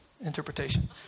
interpretation